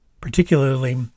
particularly